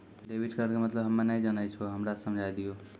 Debit card के मतलब हम्मे नैय जानै छौ हमरा समझाय दियौ?